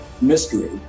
mystery